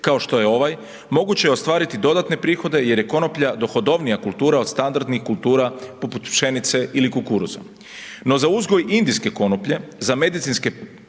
kao što je ovaj, moguće je ostvariti dodatne prihode jer je konoplja dohodovnija kultura od standardnih kultura poput pšenice ili kukuruza. No, za uzgoj indijske konoplje za medicinske